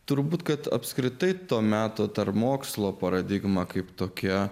turbūt kad apskritai to meto tarp mokslo paradigma kaip tokia